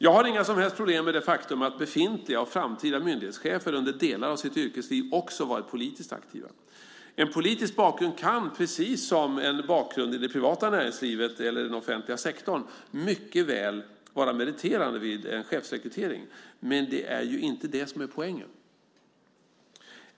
Jag har inga som helst problem med det faktum att befintliga och framtida myndighetschefer under delar av sitt yrkesliv också varit politiskt aktiva. En politisk bakgrund kan, precis som en bakgrund i det privata näringslivet eller den offentliga sektorn, mycket väl vara meriterande vid en chefsrekrytering. Men det är ju inte det som är poängen.